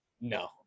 No